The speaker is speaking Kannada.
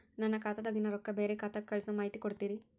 ನನ್ನ ಖಾತಾದಾಗಿನ ರೊಕ್ಕ ಬ್ಯಾರೆ ಖಾತಾಕ್ಕ ಕಳಿಸು ಮಾಹಿತಿ ಕೊಡತೇರಿ?